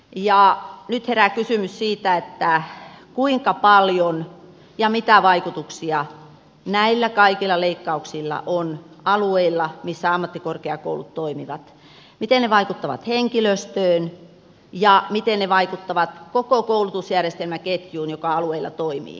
nyt herää kysymys siitä kuinka paljon ja mitä vaikutuksia näillä kaikilla leikkauksilla on alueilla missä ammattikorkeakoulut toimivat miten ne vaikuttavat henkilöstöön ja miten ne vaikuttavat koko koulutusjärjestelmäketjuun joka alueilla toimii